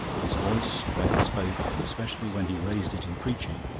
his voice, when he spoke and especially when he raised it in preaching,